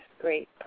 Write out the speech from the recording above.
Great